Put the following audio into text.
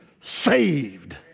saved